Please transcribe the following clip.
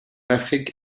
afrique